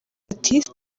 ati